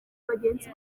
bagenzi